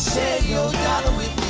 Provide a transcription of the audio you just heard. your dollar with